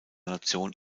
nation